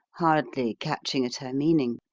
hardly catching at her meaning.